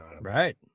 right